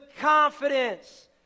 confidence